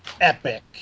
Epic